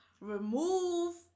remove